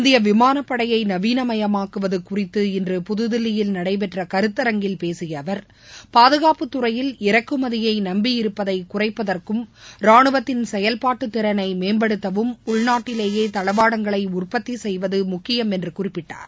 இந்திய விமானப்படையை நவீனமயமாக்குவது குறித்து இன்று புதுதில்லியில் நடைபெற்ற கருத்தரங்கில் பேசிய அவர் பாதுகாப்புத்துறையில் இறக்குமதியை நம்பியிருப்பதை குறைப்பதற்கும் ராணுவத்தின் செயல்பாட்டுத்திறனை உள்நாட்டிலேயே தளவாடங்களை உற்பத்தி செய்வது முக்கியம் என்று குறிப்பிட்டார்